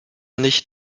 nicht